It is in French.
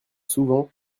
souvent